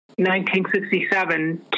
1967